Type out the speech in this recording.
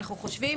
לדעתנו,